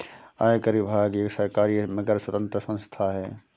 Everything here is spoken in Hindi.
आयकर विभाग एक सरकारी मगर स्वतंत्र संस्था है